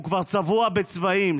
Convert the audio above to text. הוא כבר צבוע בצבעים.